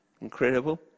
Incredible